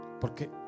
Porque